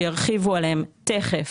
שירחיבו עליהם תיכף